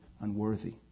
unworthy